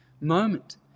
moment